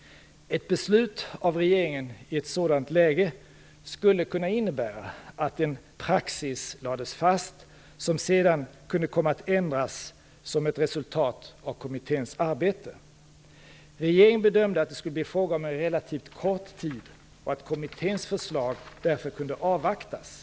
Ett beslut av regeringen i ett sådant läge skulle kunna innebära att en praxis lades fast som sedan kunde komma att ändras som ett resultat av kommitténs arbete. Regeringen bedömde att det skulle bli fråga om en relativt kort tid och att kommitténs förslag därför kunde avvaktas.